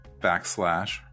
backslash